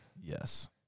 Yes